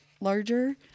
larger